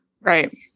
Right